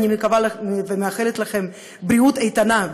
אני מקווה ומאחלת לכם בריאות איתנה,